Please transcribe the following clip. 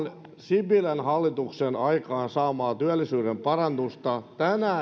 sipilän hallituksen aikaansaamaa työllisyyden parannusta tänään ei